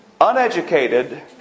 uneducated